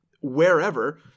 wherever